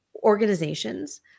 organizations